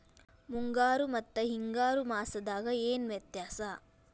ಮುಂಗಾರು ಮತ್ತ ಹಿಂಗಾರು ಮಾಸದಾಗ ಏನ್ ವ್ಯತ್ಯಾಸ?